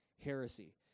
heresy